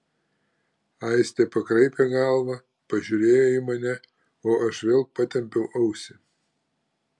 aistė pakraipė galvą pažiūrėjo į mane o aš vėl patempiau ausį